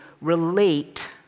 relate